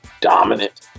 dominant